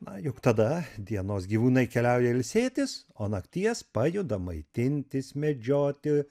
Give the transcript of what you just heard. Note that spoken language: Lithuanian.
na juk tada dienos gyvūnai keliauja ilsėtis o nakties pajuda maitintis medžioti